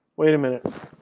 wait a minute.